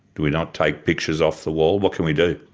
do we not take pictures off the wall? what can we do?